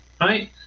right